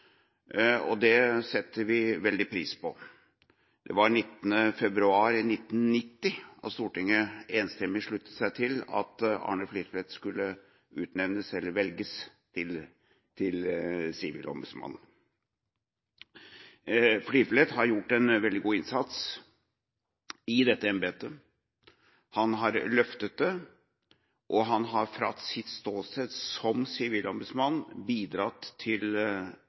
Det setter vi veldig pris på. Det var 19. februar i 1990 at Stortinget enstemmig sluttet seg til at Arne Fliflet skulle velges til sivilombudsmann. Fliflet har gjort en veldig god innsats i dette embetet. Han har løftet det, og han har fra sitt ståsted som sivilombudsmann bidratt til